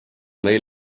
meil